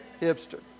Hipster